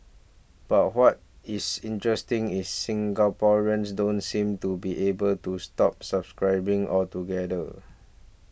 but what is interesting is Singaporeans don't seem to be able to stop subscribing altogether